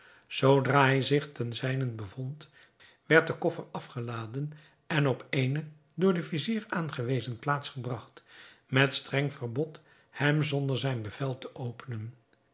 zoodra hij zich ten zijnent bevond werd de koffer afgeladen en op eene door den vizier aangewezen plaats gebragt met streng verbod hem zonder zijn bevel te openen